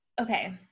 Okay